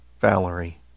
Valerie